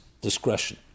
discretion